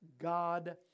God